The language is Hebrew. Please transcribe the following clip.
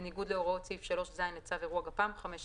בניגוד להוראות סעיף 3(ז) לצו אירוע גפ"מ,5,000.